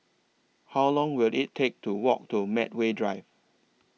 How Long Will IT Take to Walk to Medway Drive